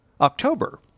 October